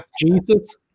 Jesus